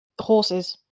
horses